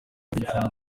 rw’igifaransa